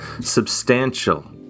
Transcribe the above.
substantial